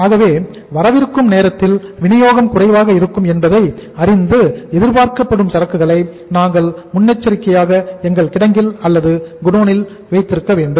ஆகவே வரவிருக்கும் நேரத்தில் வினியோகம் குறைவாக இருக்கும் என்பதை அறிந்து எதிர்பார்க்கப்படும் சரக்குகளை நாங்கள் முன்னெச்சரிக்கையாக எங்கள் கிடங்கில் அல்லது குடோனில் வைத்திருக்கிறோம்